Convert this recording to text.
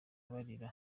barira